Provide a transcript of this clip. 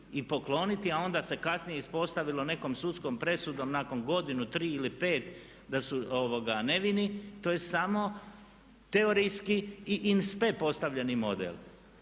i pokloniti a onda se kasnije ispostavilo nekom sudskom presudom nakon godinu, tri ili pet da su nevini to je samo teorijski i … postavljeni model.